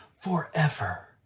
Forever